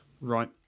Right